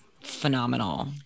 phenomenal